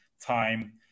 time